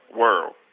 world